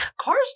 Cars